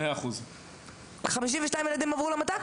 100%. 52 ילדים עברו למת"ק?